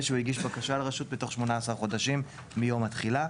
ושהוא הגיש בקשה לרשות בתוך 18 חודשים מיום התחילה.